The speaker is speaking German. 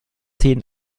zehn